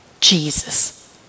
Jesus